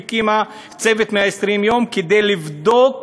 הקימה את "צוות 120 הימים" כדי לבדוק